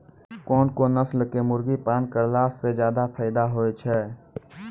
कोन कोन नस्ल के मुर्गी पालन करला से ज्यादा फायदा होय छै?